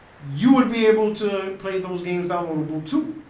you would be able to play those games downloadable to?